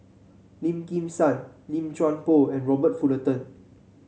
Lim Kim San Lim Chuan Poh and Robert Fullerton